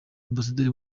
ambasaderi